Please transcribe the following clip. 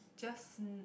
just